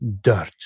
dirt